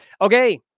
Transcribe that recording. Okay